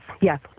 yes